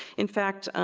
in fact,